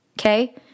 Okay